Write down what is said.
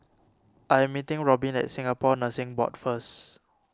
I'm meeting Robbin at Singapore Nursing Board first